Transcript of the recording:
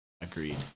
Agreed